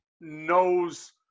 knows